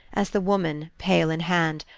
as the woman, pail in hand,